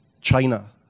China